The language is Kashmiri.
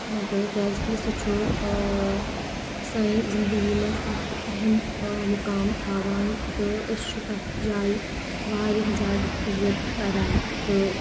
تِکِیٛازِ کہِ سُہ چھُ سانہِ زِنٛدَگِی منٛز اَکھ اہم مُقام تھاوان تہٕ أسی چھِ تَتھ جایہِ واریاہ زِیادٕ عزَت کَران تہٕ